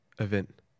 event